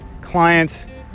clients